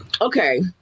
okay